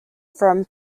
from